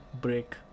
break